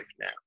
now